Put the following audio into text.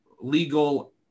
legal